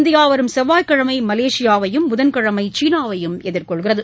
India வரும் செவ்வாய்கிழமை மலேசியாவையும் புதன்கிழமை சீனாவையும் எதிர்கொள்கிறது